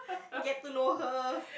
get to know her